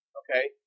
okay